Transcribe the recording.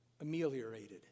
ameliorated